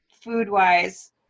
food-wise